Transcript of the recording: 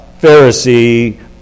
Pharisee